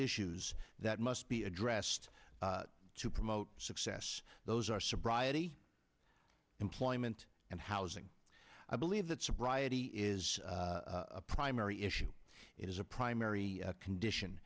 issues that must be addressed to promote success those are sobriety employment and housing i believe that sobriety is a primary issue it is a primary condition